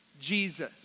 Jesus